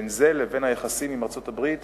בין זה לבין היחסים עם ארצות-הברית